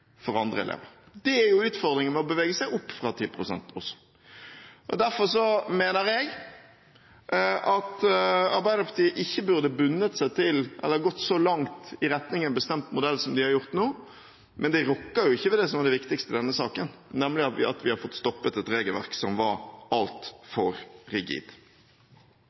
for andre elever. Det er utfordringen med å bevege seg opp fra 10 pst. også. Derfor mener jeg at Arbeiderpartiet ikke burde bundet seg til eller gått så langt i retning en bestemt modell som de har gjort nå, men det rokker ikke ved det som var det viktigste i denne saken, nemlig at vi har fått stoppet et regelverk som var altfor rigid.